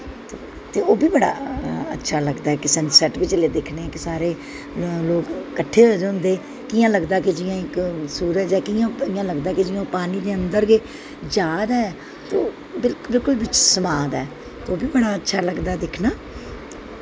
ते ओह् बी बड़ा अच्छा लगदा कि सनसैट बी जिसलै दिक्खने कि सारे लोग कट्ठे होए दे होंदे कि'यां लगदा कि जि'यां इक सूरज ऐ कि'यां इ'यां लगदा कि जि'यां पानी दे अन्दर गै जा दा ऐ ते बिल्कुल बिच्च समाह् दा ऐ ते ओह् बी बड़ा अच्छा लगदा दिक्खना